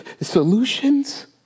solutions